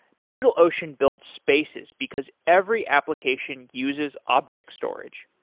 digitalocean built spaces, because every application uses objects storage.